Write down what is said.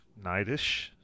nightish